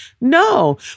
No